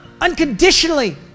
unconditionally